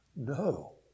No